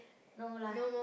no lah